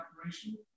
operation